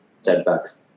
setbacks